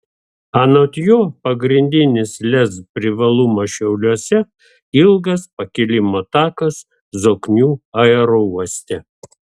anot jo pagrindinis lez privalumas šiauliuose ilgas pakilimo takas zoknių aerouoste